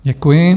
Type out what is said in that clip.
Děkuji.